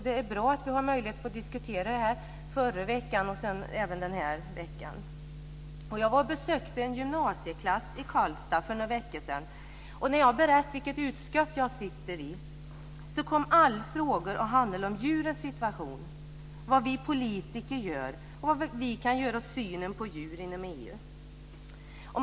Det är bra att vi har möjlighet att få diskutera detta - i förra veckan och nu även denna vecka. Jag besökte en gymnasieklass i Karlstad för någon vecka sedan, och när jag berättade vilket utskott jag sitter i så kom alla frågor att handla om djurens situation, vad vi politiker gör och vad vi kan göra åt synen på djur inom EU.